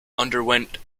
underwent